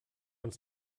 uns